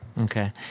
Okay